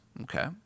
Okay